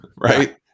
Right